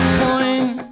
point